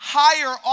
higher